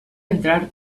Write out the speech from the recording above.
entrar